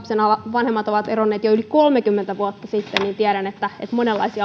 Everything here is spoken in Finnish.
vanhemmat ovat eronneet jo yli kolmekymmentä vuotta sitten tiedän